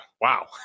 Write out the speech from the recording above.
wow